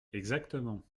exactement